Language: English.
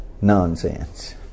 nonsense